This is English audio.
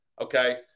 okay